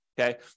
Okay